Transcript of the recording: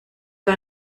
für